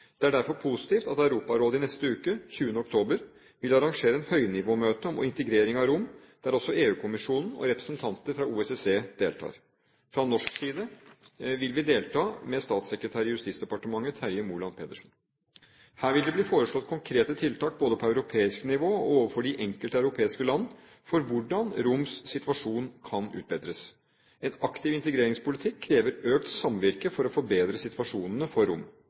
Det er derfor positivt at Europarådet i neste uke, den 20. oktober, vil arrangere et høynivåmøte om integrering av romene, der også EU-kommisjonen og representanter fra OSSE deltar. Fra norsk side vil vi delta med statssekretær i Justisdepartementet, Terje Moland Pedersen. Her vil det bli foreslått konkrete tiltak både på europeisk nivå og overfor de enkelte europeiske land for hvordan romenes situasjon kan utbedres. En aktiv integreringspolitikk krever økt samvirke for å forbedre situasjonen for